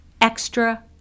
extra